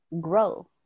grow